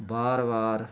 ਵਾਰ ਵਾਰ